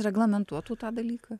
reglamentuotų tą dalyką